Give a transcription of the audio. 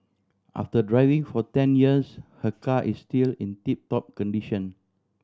after driving for ten years her car is still in tip top condition